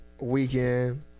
weekend